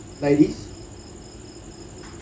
ladies